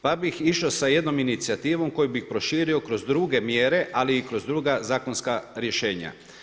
Pa bih išao sa jednom inicijativom koju bih proširio kroz druge mjere ali i kroz druga zakonska rješenja.